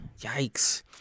Yikes